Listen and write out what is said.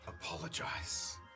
apologize